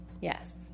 Yes